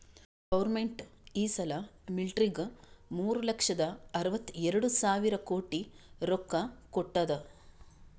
government ಈ ಸಲಾ ಮಿಲ್ಟ್ರಿಗ್ ಮೂರು ಲಕ್ಷದ ಅರ್ವತ ಎರಡು ಸಾವಿರ ಕೋಟಿ ರೊಕ್ಕಾ ಕೊಟ್ಟಾದ್